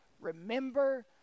Remember